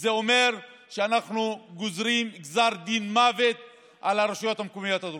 וזה אומר שאנחנו גוזרים גזר דין מוות על הרשויות המקומיות הדרוזיות.